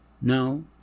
no